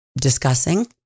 discussing